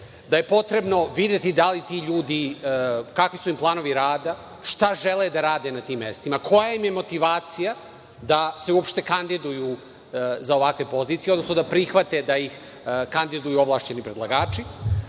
da je potrebno videti kakvi su planovi rada, šta žele da rade na tim mestima, koja im je motivacija da se uopšte kandiduju za ovakve pozicije, odnosno da prihvate da ih kandiduju ovlašćeni predlagači,